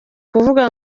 kuvuga